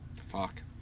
Fuck